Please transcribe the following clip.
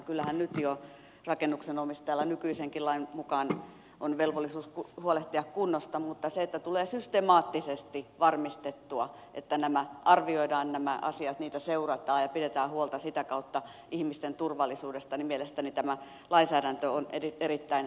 kyllähän nyt jo rakennuksen omistajalla nykyisenkin lain mukaan on velvollisuus huolehtia kunnosta mutta siinä että tulee systemaattisesti varmistettua että nämä asiat arvioidaan niitä seurataan ja pidetään huolta sitä kautta ihmisten turvallisuudesta tämä lainsäädäntö on mielestäni erittäin tarpeen